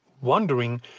wondering